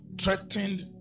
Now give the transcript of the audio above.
threatened